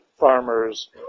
Farmers